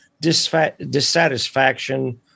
dissatisfaction